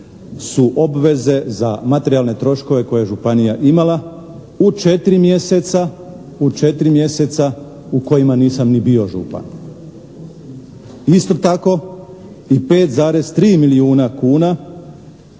su obveze za materijalne troškove koje županija imala u 4 mjeseca u kojima nisam ni bio župan. Isto tako i 5,3 milijuna kuna